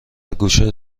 گوشه